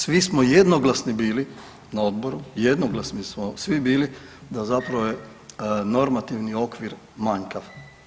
Svi smo jednoglasni bili na odboru, jednoglasni smo svi bili da zapravo je normativni okvir manjkav.